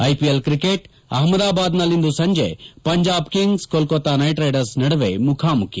IPL cricket ಅಪಮದಾಬಾದ್ನಲ್ಲಿಂದು ಸಂಜೆ Punjab kings Kolkata knight riders ನಡುವೆ ಮುಖಾಮುಖಿ